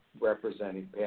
representing